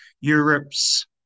europe's